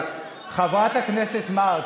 אבל חברת הכנסת מארק,